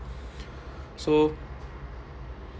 so